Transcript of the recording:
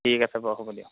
ঠিক আছে বাৰু হ'ব দিয়ক